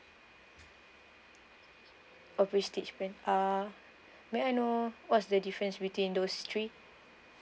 oh prestige plan uh may I know what's the difference between those three